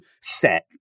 set